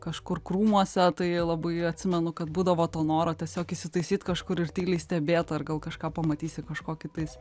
kažkur krūmuose tai labai atsimenu kad būdavo to noro tiesiog įsitaisyt kažkur ir tyliai stebėt dar gal kažką pamatysi kažkokį tais